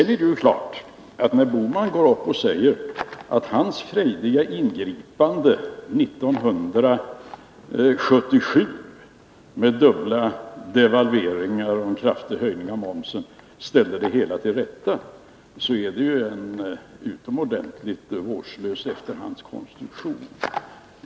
När Gösta Bohman går upp och säger att hans frejdiga ingripanden 1977, med dubbla devalveringar och en kraftig höjning av momsen, ställde det hela till rätta, så är det ju en utomordentligt vårdslös efterhandskonstruktion.